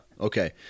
Okay